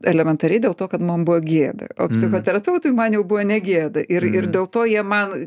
elementariai dėl to kad man buvo gėda o psichoterapeutui man jau buvo negėda ir ir dėl to jie man